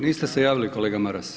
Niste se javili kolega Maras.